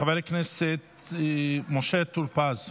חבר הכנסת משה טור פז,